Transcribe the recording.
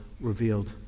revealed